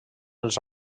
els